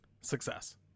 Success